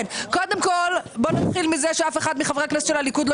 קודם כל בוא נתחיל מזה שאף אחד מחברי הכנסת של הליכוד לא